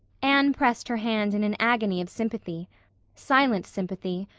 anne pressed her hand in an agony of sympathy silent sympathy,